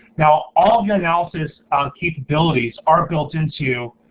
now, all of the analysis capabilities are built into